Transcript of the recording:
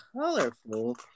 colorful